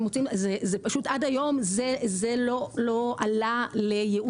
פשוט עד היום זה לא עלה לייעוד שלנו.